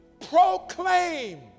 proclaim